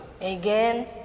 Again